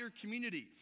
community